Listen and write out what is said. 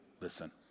listen